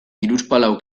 hiruzpalau